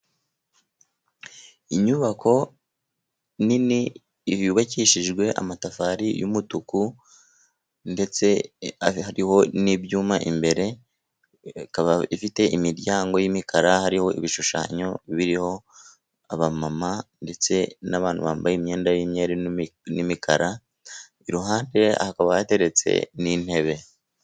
Inyubako nini yubakishijwe amatafari y'umutuku, ndetse hariho n'ibyuma imbere. Ikaba ifite imiryango y'imikara, hariho ibishushanyo biriho abamama ndetse n'abantu bambaye imyenda y'imyeru n'imikara. Iruhande hakaba hateretse n'intebe.